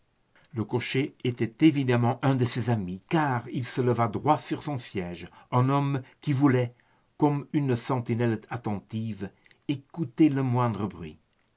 le cocher était évidemment un de ses amis car il se leva droit sur son siège en homme qui voulait comme une sentinelle attentive écouter le moindre bruit